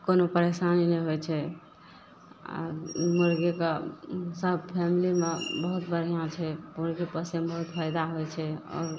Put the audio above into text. कोनो परेशानी नहि होइ छै मुर्गीके सब फैमिलीमे बहुत बढ़िआँ छै मुर्गी पोसयमे बहुत फायदा होइ छै आओर